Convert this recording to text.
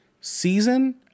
season